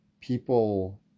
people